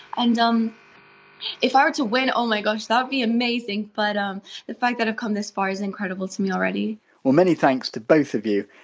and um if i were to win oh my gosh that would be amazing but um the fact that i've come this far is incredible to me already well, many thanks to both of you.